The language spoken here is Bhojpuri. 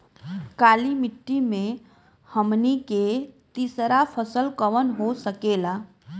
काली मिट्टी में हमनी के तीसरा फसल कवन हो सकेला?